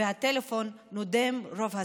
והטלפון דומם רוב הזמן.